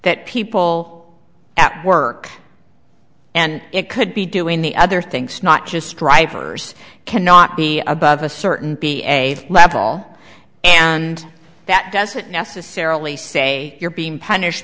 that people at work and it could be doing the other things not just drivers cannot be above a certain level and that doesn't necessarily say you're being punished